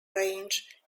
range